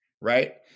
Right